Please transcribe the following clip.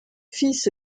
fils